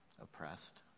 oppressed